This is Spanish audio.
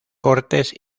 cortes